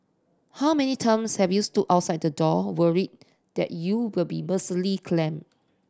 how many times have you stood outside the door worried that you'll be mercilessly clamped